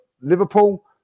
Liverpool